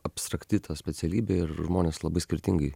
abstrakti ta specialybė ir žmonės labai skirtingai